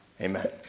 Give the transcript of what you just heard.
Amen